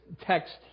text